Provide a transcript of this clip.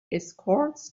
escorts